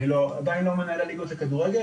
אני עדיין לא מנהל הליגות לכדורגל,